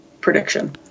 prediction